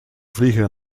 vliegen